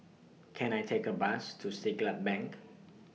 Can I Take A Bus to Siglap Bank